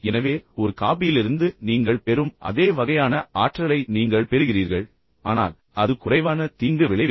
எனவே ஒரு காபியிலிருந்து நீங்கள் பெறும் அதே வகையான ஆற்றலை நீங்கள் பெறுகிறீர்கள் ஆனால் அது குறைவான தீங்கு விளைவிக்கும்